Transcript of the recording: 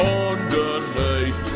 underneath